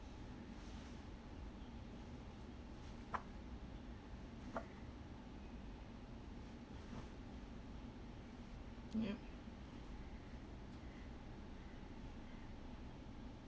ya